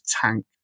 tank